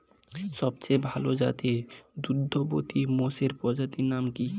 সবচেয়ে ভাল জাতের দুগ্ধবতী মোষের প্রজাতির নাম কি?